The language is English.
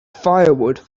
firewood